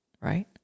right